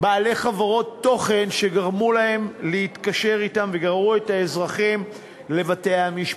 בעלי חברות תוכן שגרמו להם להתקשר אתן וגררו את האזרחים לבתי-המשפט.